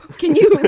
can you read?